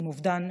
עם אובדן.